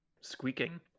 squeaking